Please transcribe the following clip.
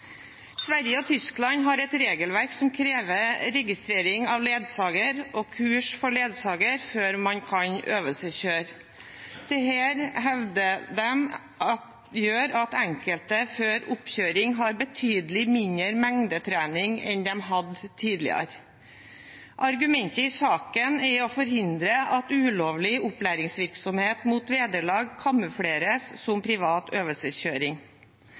Sverige og Tyskland har et regelverk som krever registrering av ledsagere og kurs for ledsagere før man kan øvelseskjøre. Dette hevder de gjør at enkelte før oppkjøring har betydelig mindre mengdetrening enn man hadde tidligere. Argumentet i saken er å forhindre at ulovlig opplæringsvirksomhet mot vederlag kamufleres som privat øvelseskjøring.